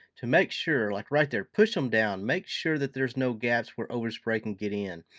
to make sure. like right there, put some down, make sure that there's no gaps where over-spray can get in,